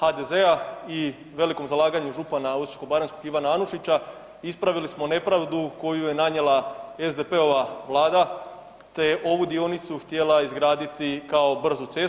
HDZ-a i velikom zalaganju župana osječko-baranjskog Ivana Anušića ispravili smo nepravdu koju je nanijela SDP-a Vlada te je ovu dionicu htjela izgraditi kao brzu cestu.